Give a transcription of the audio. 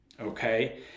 okay